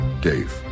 Dave